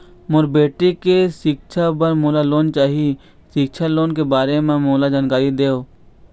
मोर बेटी के सिक्छा पर मोला लोन चाही सिक्छा लोन के बारे म मोला जानकारी देव?